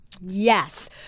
Yes